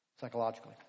Psychologically